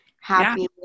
happy